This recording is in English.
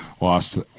lost